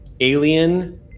alien